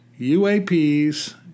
UAPs